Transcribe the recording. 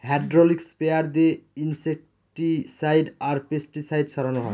hydraulic sprayer দিয়ে insecticide আর pesticide ছড়ানো হয়